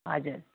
हजुर